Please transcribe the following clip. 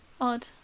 odd